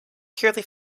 purely